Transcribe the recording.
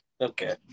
Okay